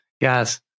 Guys